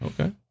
Okay